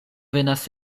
venas